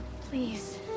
Please